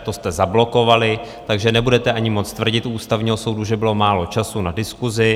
To jste zablokovali, takže nebudete ani moct tvrdit u Ústavního soudu, že bylo málo času na diskusi.